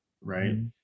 right